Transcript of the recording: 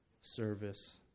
service